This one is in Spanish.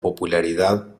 popularidad